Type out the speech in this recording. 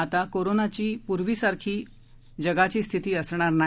आता कोरोनाच्या पूर्वीसारखी जगाची स्थिती असणार नाही